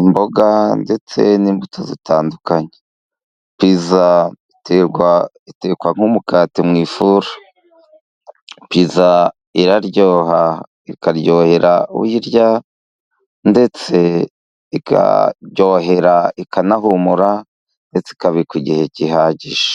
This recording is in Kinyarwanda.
imboga ndetse n'imbuto zitandukanye. Piza itekwa nk'umukati mu ifuru. Piza iraryoha ikaryohera uyirya ndetse ikaryohera ikanahumura ndetse ikabikwa igihe gihagije.